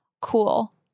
cool